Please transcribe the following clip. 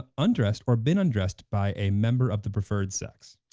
ah undressed or been undressed by a member of the preferred sex.